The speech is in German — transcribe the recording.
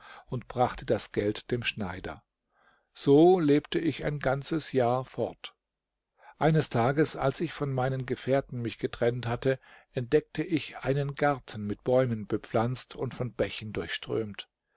und brachte das geld dem schneider so lebte ich ein ganzes jahr fort eines tages als ich von meinen gefährten mich getrennt hatte entdeckte ich einen garten mit bäumen bepflanzt und von bächen durchströmt